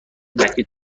مکه